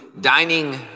dining